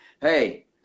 hey